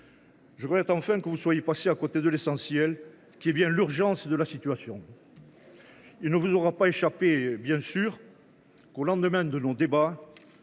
Je regrette enfin que vous soyez passé à côté de l’essentiel, à savoir l’urgence de la situation. Il ne vous aura pas échappé que, au lendemain de nos débats